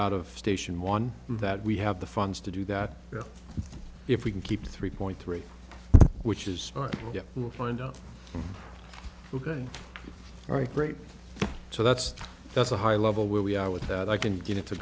out of station one that we have the funds to do that if we can keep three point three which is we'll find out ok all right great so that's that's a high level where we are with that i can get into